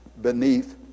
beneath